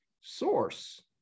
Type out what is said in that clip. source